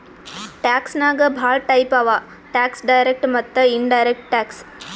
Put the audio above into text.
tax ನಾಗ್ ಭಾಳ type ಅವಾ ಟ್ಯಾಕ್ಸ್ ಡೈರೆಕ್ಟ್ ಮತ್ತ ಇನಡೈರೆಕ್ಟ್ ಟ್ಯಾಕ್ಸ್